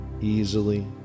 easily